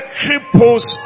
cripples